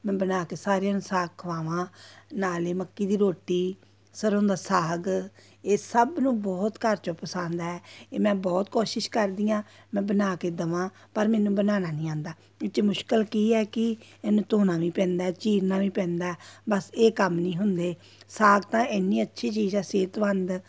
ਮੈਂ ਬਣਾ ਕੇ ਸਾਰਿਆਂ ਨੂੰ ਸਾਗ ਖਵਾਵਾਂ ਨਾਲ ਹੀ ਮੱਕੀ ਦੀ ਰੋਟੀ ਸਰੋਂ ਦਾ ਸਾਗ ਇਹ ਸਭ ਨੂੰ ਬਹੁਤ ਘਰ 'ਚੋਂ ਪਸੰਦ ਹੈ ਇਹ ਮੈਂ ਬਹੁਤ ਕੋਸ਼ਿਸ਼ ਕਰਦੀ ਹਾਂ ਮੈਂ ਬਣਾ ਕੇ ਦੇਵਾਂ ਪਰ ਮੈਨੂੰ ਬਣਾਉਣਾ ਨਹੀਂ ਆਉਂਦਾ ਇਹ 'ਚ ਮੁਸ਼ਕਲ ਕੀ ਹੈ ਕਿ ਇਹਨੂੰ ਧੋਣਾ ਵੀ ਪੈਂਦਾ ਚੀਰਨਾ ਵੀ ਪੈਂਦਾ ਬਸ ਇਹ ਕੰਮ ਨਹੀਂ ਹੁੰਦੇ ਸਾਗ ਤਾਂ ਇੰਨੀ ਅੱਛੀ ਚੀਜ਼ ਹੈ ਸਿਹਤਮੰਦ